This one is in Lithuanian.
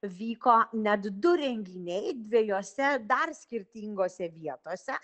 vyko net du renginiai dviejose dar skirtingose vietose